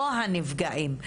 או הנפגעים.